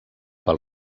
pel